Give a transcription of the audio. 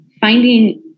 finding